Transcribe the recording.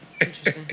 Interesting